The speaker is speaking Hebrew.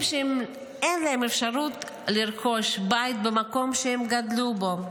שאין להם אפשרות לרכוש בית במקום שהם גדלו בו.